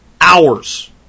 hours